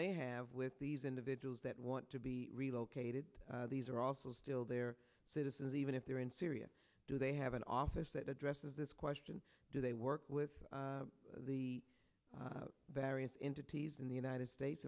they have with these individuals that want to be relocated these are also still their citizens even if they are in syria do they have an office that addresses this question do they work with the various entities in the united states